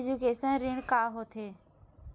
Education ऋण का होथे?